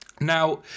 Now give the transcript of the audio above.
Now